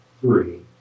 three